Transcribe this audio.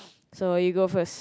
so you go first